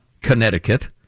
Connecticut